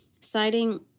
citing